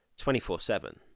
24-7